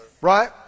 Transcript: right